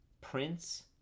Prince